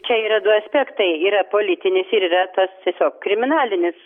čia yra du aspektai yra politinis ir yra tas tiesiog kriminalinis